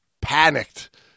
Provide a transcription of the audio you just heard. panicked